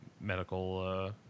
medical